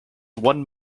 one